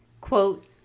quote